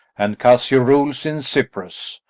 and cassio rules in cyprus.